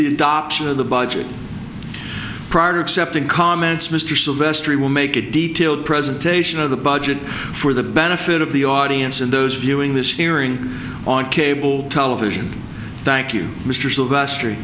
the option of the budget products up to comments mr sylvester he will make a detailed presentation of the budget for the benefit of the audience and those viewing this hearing on cable television thank you mr sylvester